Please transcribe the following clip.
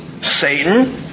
Satan